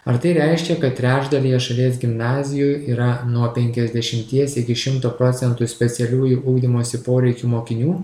ar tai reiškia kad trečdalyje šalies gimnazijų yra nuo penkiasdešimties iki šimto procentų specialiųjų ugdymosi poreikių mokinių